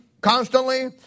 constantly